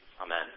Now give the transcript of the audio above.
Amen